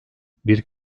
bir